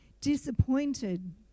disappointed